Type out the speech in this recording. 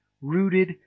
rooted